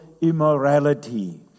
immorality